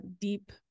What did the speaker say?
deep